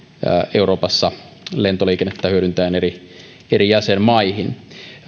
euroopassa lentoliikennettä hyödyntäen eri eri jäsenmaihin